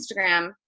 Instagram